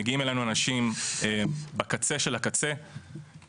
מגיעים אלינו אנשים בקצה של הקצה,